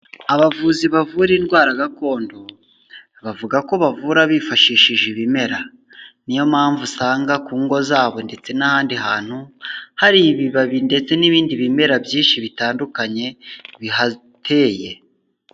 Abavuzi bavura indwara gakondo, bavuga ko bavura bifashishije ibimera, niyo mpamvu usanga ku ngo zabo ndetse n'ahandi hantu, hari ibibabi ndetse n'ibindi bimera byinshi bitandukanye bihateye.